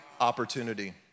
opportunity